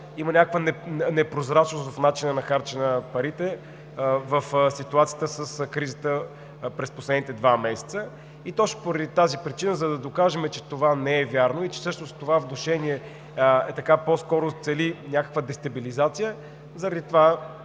има някаква непрозрачност в начина на харчене на парите в ситуацията с кризата през последните два месеца. И точно поради тази причина, за да докажем, че това не е вярно и че всъщност това внушение по-скоро цели някаква дестабилизация, заради това